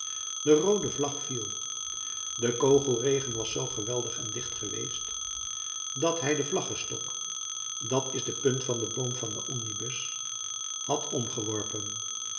de roode vlag viel de kogelregen was zoo geweldig en dicht geweest dat hij den vlaggestok dat is de punt van den boom van den omnibus had omgeworpen